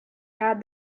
had